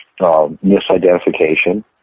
misidentification